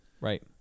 Right